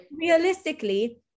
Realistically